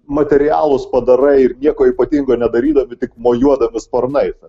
materialūs padarai ir nieko ypatingo nedarydami tik mojuodami sparnais